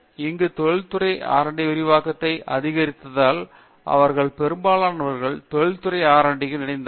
இங்கு தொழிற்துறை RD விரிவாக்கத்தை அதிகரித்ததால் அவர்களில் பெரும்பாலானவர்கள் தொழில்துறை RD உடன் இணைந்திருந்தனர்